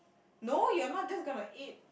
no you're not just gonna eat